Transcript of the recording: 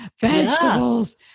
vegetables